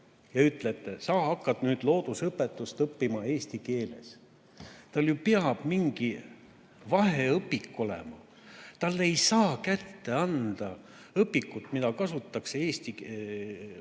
ja ütlete: sa hakkad nüüd loodusõpetust õppima eesti keeles. Tal peab mingi vaheõpik olema, talle ei saa kätte anda õpikut, mida kasutatakse eesti